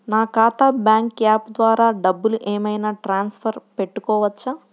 నా ఖాతా bank app ద్వారా డబ్బులు ఏమైనా ట్రాన్స్ఫర్ పెట్టుకోవచ్చా?